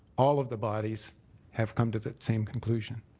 all of the bodies have come to the same conclusion.